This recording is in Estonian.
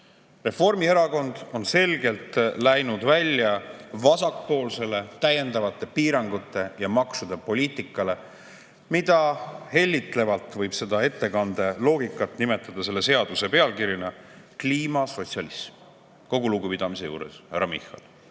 Reformierakond on selgelt läinud välja vasakpoolsele täiendavate piirangute ja maksude poliitikale, mida hellitlevalt võiks selle ettekande loogikas nimetada pealkirjaga "Kliimasotsialism". Kogu lugupidamise juures, härra Michal.